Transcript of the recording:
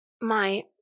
My—